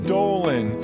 Dolan